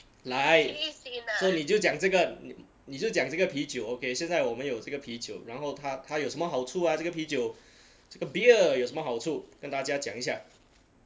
来 so 你就讲这个你你是讲这个啤酒 okay 现在我们有这个啤酒然后它它有什么好处啊这个啤酒这个 beer 有什么好处跟大家讲一下